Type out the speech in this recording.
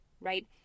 right